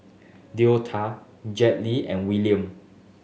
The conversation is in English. Deota Jetlee and Wiliam